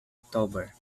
october